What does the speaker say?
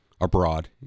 abroad